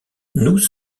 nous